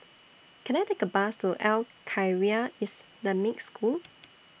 Can I Take A Bus to Al Khairiah Islamic School